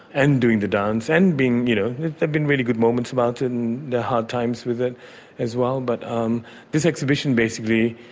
and doing the dance, and there you know have been really good moments about it and the hard times with it as well, but um this exhibition basically,